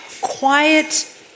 quiet